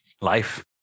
life